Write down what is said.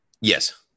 Yes